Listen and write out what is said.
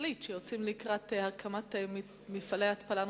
להחליט שיוצאים לקראת הקמת מפעלי התפלה נוספים,